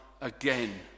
again